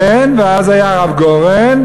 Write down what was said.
ואז היה הרב גורן,